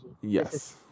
Yes